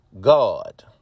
God